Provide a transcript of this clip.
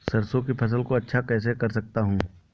सरसो की फसल को अच्छा कैसे कर सकता हूँ?